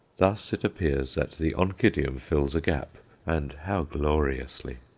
thus it appears that the oncidium fills a gap and how gloriously!